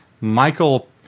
Michael